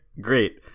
great